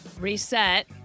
reset